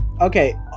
Okay